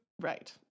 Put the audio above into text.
Right